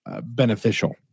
beneficial